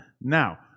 Now